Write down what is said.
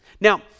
Now